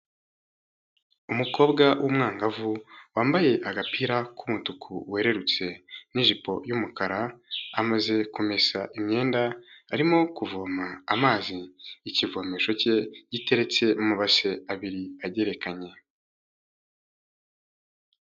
Umukobwa w'umwangavu wambaye agapira k'umutuku werurutse n'ijipo y'umukara, amaze kumesa imyenda, arimo kuvoma amazi ikivomesho cye giteretse mu mabase abiri agerekanye.